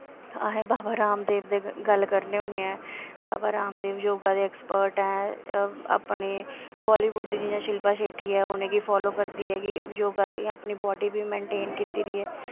अस बाबा राम देव दी गल्ल करने होन्ने आं बाबा राम दे योगा दे अक्सपर्ट न अपने बॉल्लीबुड्ड दी शिलपा शेटी ऐ उ'नें गी फॉलो करदी ऐ योगा ते अपनी बॉड्डी बी मेनटेन कीती दी ऐ